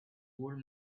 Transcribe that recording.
old